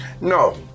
No